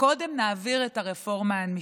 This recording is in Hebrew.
קודם נעביר את הרפורמה המשפטית.